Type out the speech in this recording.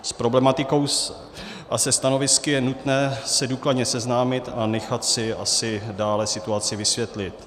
S problematikou a se stanovisky je nutné se důkladně seznámit a nechat si asi dále situaci vysvětlit.